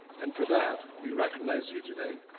and for that, we recognize you today,